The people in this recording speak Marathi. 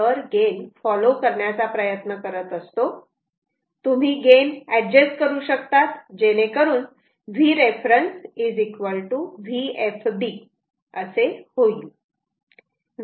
तर गेन फॉलो करण्याचा प्रयत्न करत असतो तुम्ही गेन एडजस्ट करू शकतात जेणेकरून Vref VFB